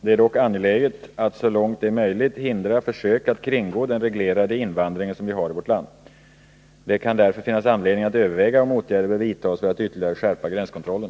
Det är dock angeläget att så långt det är möjligt hindra försök att kringgå den reglerade invandring som vi har i vårt land. Det kan därför finnas anledning att överväga om åtgärder bör vidtas för att ytterligare skärpa gränskontrollen.